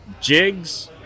jigs